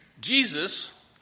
Jesus